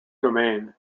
domain